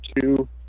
two